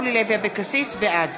בעד